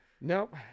nope